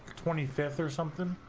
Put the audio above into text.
twenty fifth or something